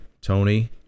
Tony